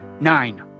Nine